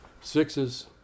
sixes